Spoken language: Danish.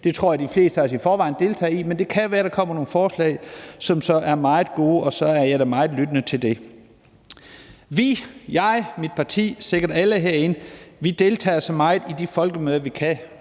Det tror jeg de fleste af os i forvejen deltager i, men det kan jo være, der kommer nogle forslag, som så er meget gode, og så er jeg da meget lyttende i forhold til det. Vi – jeg, mit parti, sikkert alle herinde – deltager så meget, vi kan,